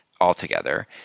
altogether